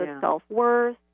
self-worth